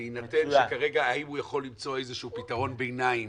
בהינתן שכרגע האם הוא יכול למצוא איזה שהוא פתרון ביניים